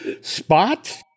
spot